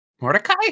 Mordecai